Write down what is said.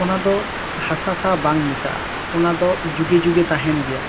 ᱚᱱᱟ ᱫᱚ ᱦᱟᱥᱟ ᱥᱟᱶ ᱵᱟᱝ ᱢᱮᱥᱟᱜᱼᱟ ᱚᱱᱟ ᱫᱚ ᱡᱩᱜᱮ ᱡᱩᱜᱮ ᱛᱟᱦᱮᱱ ᱜᱮᱭᱟ